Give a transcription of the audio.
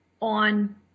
on